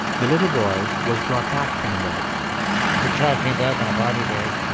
the little boy was brought back from the morgue the child came back in a body bag,